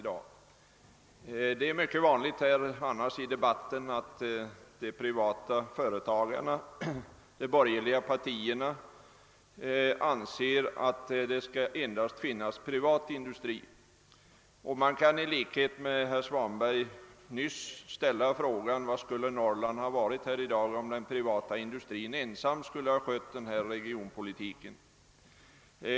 Det är mycket vanligt att man i debatten får höra, att de borgerliga partierna anser att det bara skall finnas privat industri. Man kan emellertid, såsom herr Svanberg nyss gjorde, ställa frågan: Hur skulle situationen i Norrland ha varit i dag, om den privata industrin ensam skulle ha skött regionpolitiken?